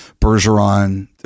Bergeron